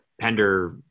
Pender